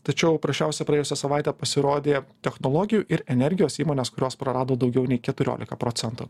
tačiau prasčiausia praėjusią savaitę pasirodė technologijų ir energijos įmonės kurios prarado daugiau nei keturiolika procentų